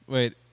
Wait